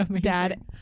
dad